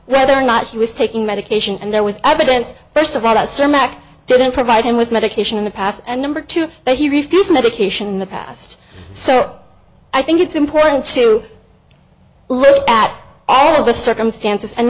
whether or not he was taking medication and there was evidence first of all assume ak didn't provide him with medication in the past and number two that he refused medication in the past so i think it's important to at all the circumstances and